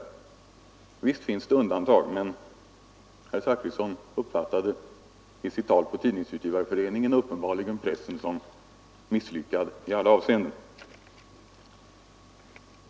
Naturligtvis finns det undantag, men herr Zachrisson uppfattade i sitt tal på Tidningsutgivareföreningen uppenbarligen pressen som misslyckad i alla avseenden.